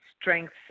strengths